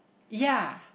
ya